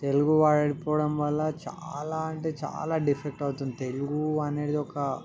తెలుగు వడిపోవడం వల్ల చాలా అంటే చాలా డిఫెక్ట్ అవుతుంది తెలుగు అనేది ఒక